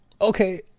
Okay